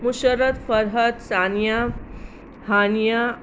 Musharrat Farhad Sania Hania